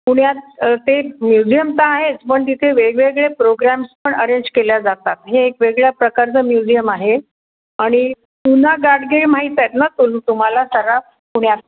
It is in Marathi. पुण्यात ते म्युझियम तर आहेच पण तिथे वेगवेगळे प्रोग्रॅम्स पण अरेंज केल्या जातात हे एक वेगळ्या प्रकारचं म्युझियम आहे आणि पुन्हा गाडगीळ माहीत ना तुम्ही तुम्हाला सराफ पुण्यात